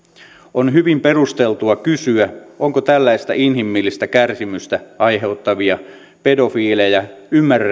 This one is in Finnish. on hyvin perusteltua kysyä onko tällaista inhimillistä kärsimystä aiheuttavia pedofiileja